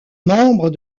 membre